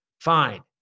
fine